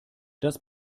das